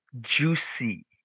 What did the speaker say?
Juicy